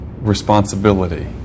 responsibility